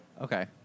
Okay